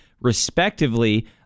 respectively